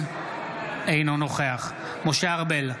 אינו נוכח משה ארבל,